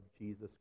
Jesus